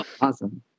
Awesome